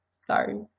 sorry